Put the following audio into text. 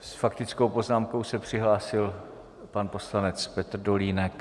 S faktickou poznámkou se přihlásil pan poslanec Petr Dolínek.